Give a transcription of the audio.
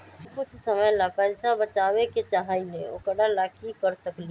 हम कुछ समय ला पैसा बचाबे के चाहईले ओकरा ला की कर सकली ह?